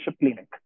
clinic